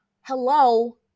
hello